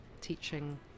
teaching